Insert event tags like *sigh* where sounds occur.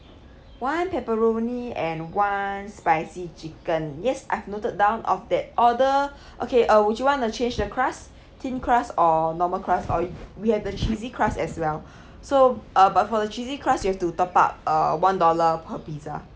one pepperoni and one spicy chicken yes I've noted down of that order *breath* okay uh would you wanna change the crust thin crust or normal crust or if we have the cheesy crust as well *breath* so uh but for the cheesy crust you have to top up uh one dollar per pizza